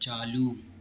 चालू